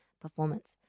performance